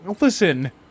Listen